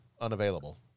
unavailable